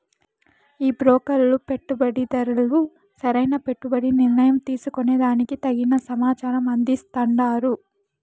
ఈ బ్రోకర్లు పెట్టుబడిదార్లు సరైన పెట్టుబడి నిర్ణయం తీసుకునే దానికి తగిన సమాచారం అందిస్తాండారు